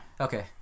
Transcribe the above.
Okay